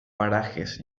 parajes